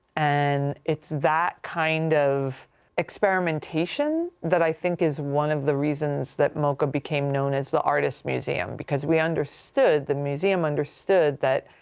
and it's that kind of experimentation that i think is one of the reasons that moca became known as the artist museum because we understood the museum understood that,